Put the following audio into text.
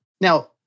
Now